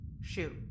Shoot